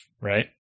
right